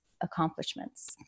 Accomplishments